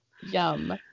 Yum